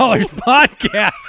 podcast